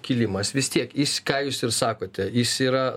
kilimas vis tiek jis ką jūs ir sakote jis yra